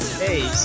hey